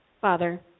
Father